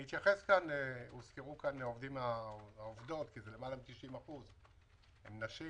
הוזכרו כאן העובדות הסוציאליות למעלה מ-90% הן נשים,